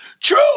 True